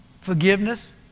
Forgiveness